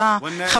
בשפה הערבית,